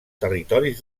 territoris